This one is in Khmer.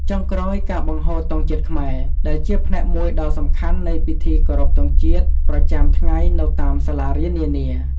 ចុងក្រោយ ការបង្ហូតទង់ជាតិខ្មែរ ដែលជាផ្នែកមួយដ៏សំខាន់នៃពិធីគោរពទង់ជាតិប្រចាំថ្ងៃនៅតាមសាលារៀននានា។